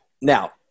Now